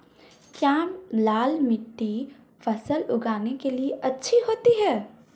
क्या लाल मिट्टी फसल उगाने के लिए अच्छी होती है?